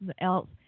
else